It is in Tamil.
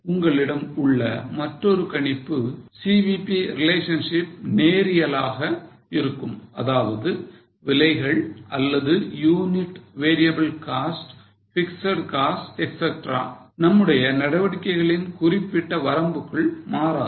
உங்களிடம் உள்ள மற்றொரு கணிப்பு CVP relationship நேரியலாக ஆக இருக்கும் அதாவது விலைகள் அல்லது unit variable cost fixed cost etcetera நம்முடைய நடவடிக்கைகளின் குறிப்பிட்ட வரம்பிற்குள் மாறாது